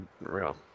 real